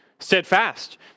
Steadfast